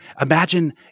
imagine